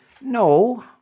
No